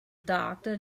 doctor